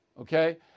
Okay